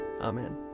Amen